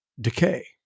decay